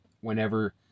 whenever